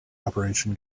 operation